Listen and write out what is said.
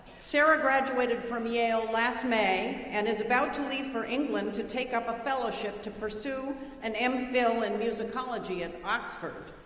sara graduated from yale last may and is about to leave for england to take up a fellowship to pursue an um mphil in musicology at oxford.